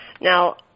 Now